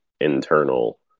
internal